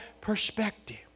perspective